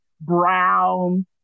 brown